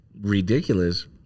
ridiculous